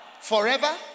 Forever